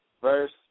Verse